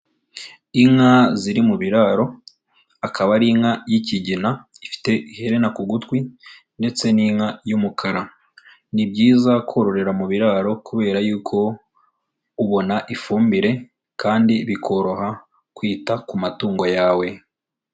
Inka ziri mu biraro, akaba ari inka y'ikigina ifite iherena ku gutwi ndetse n'inka y'umukara. Ni byiza kororera mu biraro kubera yuko ubona ifumbire kandi bikoroha kwita ku matungo yawe.